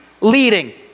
leading